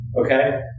okay